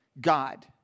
God